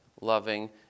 loving